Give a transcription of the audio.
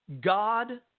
God